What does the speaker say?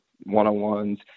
one-on-ones